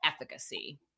efficacy